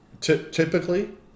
Typically